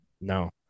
no